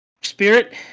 Spirit